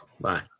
Bye